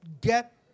get